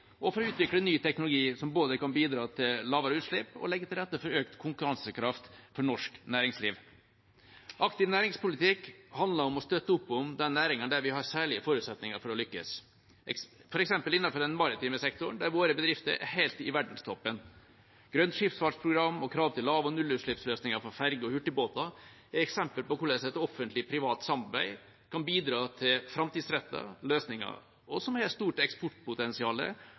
og står i, og for å utvikle ny teknologi som både kan bidra til lavere utslipp og legge til rette for økt konkurransekraft for norsk næringsliv. Aktiv næringspolitikk handler om å støtte opp om den næringen der vi har særlige forutsetninger for å lykkes, f.eks. innenfor den maritime sektoren, der våre bedrifter er helt i verdenstoppen. Grønt Skipsfartsprogram og krav til lav- og nullutslippsløsninger for ferger og hurtigbåter er eksempler på hvordan offentlig-privat samarbeid kan bidra til framtidsrettede løsninger som har et stort eksportpotensial,